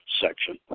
section